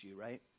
right